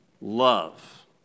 Love